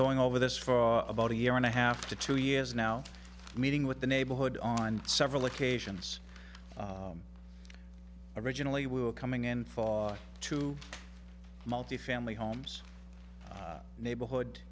going over this for about a year and a half to two years now meeting with the neighborhood on several occasions originally were coming in fall to multifamily homes neighborhood